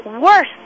worse